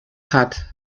hat